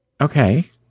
Okay